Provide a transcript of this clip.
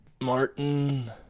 Martin